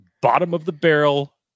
bottom-of-the-barrel